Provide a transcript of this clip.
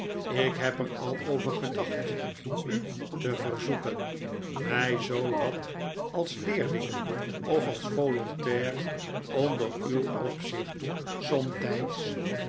ik heb er al over gedacht u te verzoeken mij zoo wat als leerling of als volontair onder uw opzicht somtijds